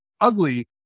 ugly